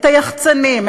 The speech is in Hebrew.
את היחצנים,